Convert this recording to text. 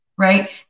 Right